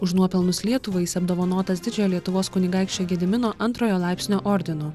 už nuopelnus lietuvai jis apdovanotas didžiojo lietuvos kunigaikščio gedimino antrojo laipsnio ordinu